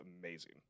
amazing